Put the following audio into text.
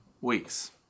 weeks